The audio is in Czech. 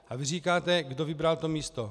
A vy říkáte kdo vybral to místo.